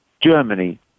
Germany